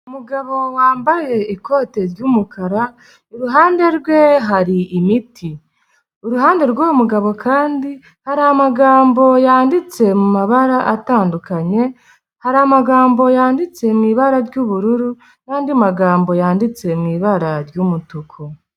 Umugabo wambaye ikote ry'umukara iruhande rwe hari imiti, iruhande rw'uyu mugabo kandi hari amagambo yanditse mabara atandukanye, hari amagambo yanditse mu ibara ry'ubururu, n'andi magambo yanditse mu ibara ry'umutuku.